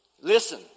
Listen